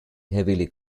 heavily